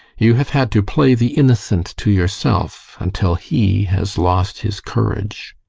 you have had to play the innocent to yourself, until he has lost his courage.